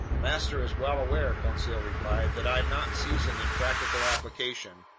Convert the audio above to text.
master is well aware, conseil replied, that i'm not seasoned in practical application.